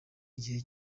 igihe